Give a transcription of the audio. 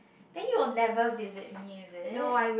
then you'll never visit me is it